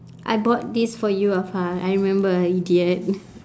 I bought this for you afar I remember idiot